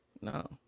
No